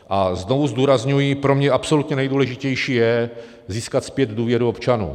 A znovu zdůrazňuji, pro mě absolutně nejdůležitější je získat zpět důvěru občanů.